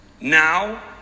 Now